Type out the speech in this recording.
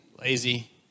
lazy